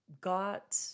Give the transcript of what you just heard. got